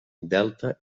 delta